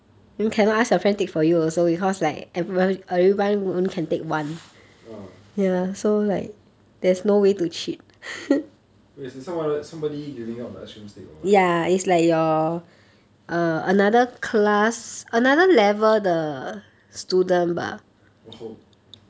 ah wait some other somebody giving out the ice cream stick or [what] oh